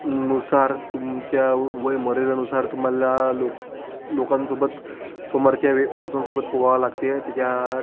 नुसार तुमच्या वयोमर्यादेनुसार तुम्हाला लोक लोकांसोबत समोरच्या वे पर्सनसोबत पोवा लागते त्याच्यात